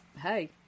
Hey